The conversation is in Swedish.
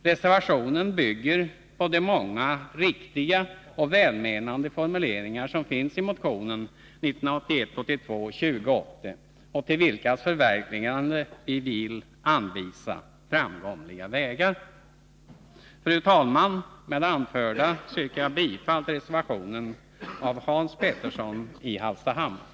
Reservationen bygger på de många riktiga och välmenande 29 formuleringar som finns i motionen 1981/82:2080, till vilkens förverkligande vi vill anvisa framkomliga vägar. Fru talman! Med det anförda yrkar jag bifall till reservationen av Hans Petersson i Hallstahammar.